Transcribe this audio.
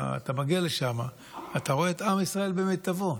אתה מגיע לשם ואתה רואה את עם ישראל במיטבו.